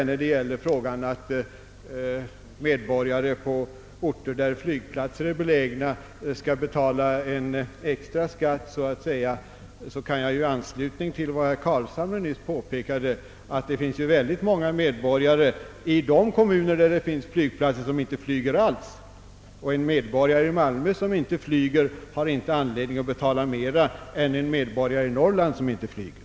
När det gäller frågan om att medborgare på orter där flygplatser är belägna så att säga skulle betala en extra skatt kan jag i anslutning till vad herr Carlshamre nyss påpekade erinra om att det finns många medborgare i kommuner med flygplats som inte flyger alls. En invånare i Malmö som inte flyger har inte anledning att betala mer än en norrlänning som inte flyger.